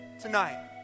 tonight